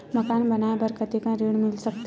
मकान बनाये बर कतेकन ऋण मिल सकथे?